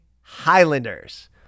Highlanders